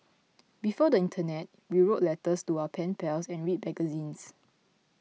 before the internet we wrote letters to our pen pals and read magazines